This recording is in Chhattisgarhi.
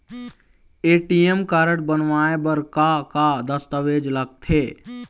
ए.टी.एम कारड बनवाए बर का का दस्तावेज लगथे?